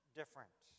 different